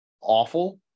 awful